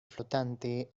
flotante